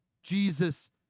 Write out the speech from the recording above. Jesus